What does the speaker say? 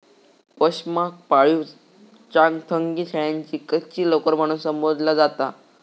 पशमाक पाळीव चांगथंगी शेळ्यांची कच्ची लोकर म्हणून संबोधला जाता